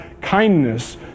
kindness